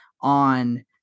on